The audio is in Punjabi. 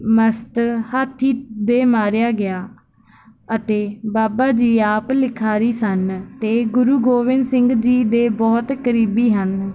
ਮਸਤ ਹਾਥੀ ਦੇ ਮਾਰਿਆ ਗਿਆ ਅਤੇ ਬਾਬਾ ਜੀ ਆਪ ਲਿਖਾਰੀ ਸਨ ਅਤੇ ਗੁਰੂ ਗੋਬਿੰਦ ਸਿੰਘ ਜੀ ਦੇ ਬਹੁਤ ਕਰੀਬੀ ਹਨ